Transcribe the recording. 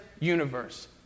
universe